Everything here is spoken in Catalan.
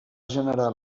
generar